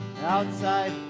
outside